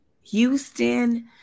Houston